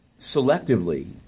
selectively